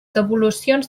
devolucions